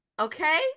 okay